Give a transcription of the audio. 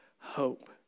hope